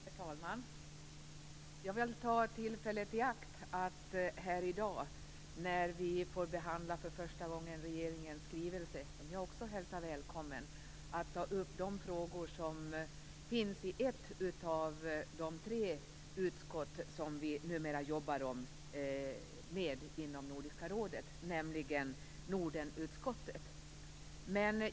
Herr talman! Jag vill ta tillfället i akt att här i dag, när vi för första gången får behandla regeringens skrivelse, som jag också hälsar välkommen, ta upp de frågor som finns i ett av de tre utskott som vi numera jobbar med i Nordiska rådet, nämligen Nordenutskottet.